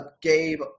Gabe